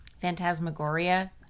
phantasmagoria